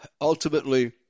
ultimately